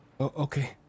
Okay